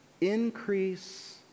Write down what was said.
increase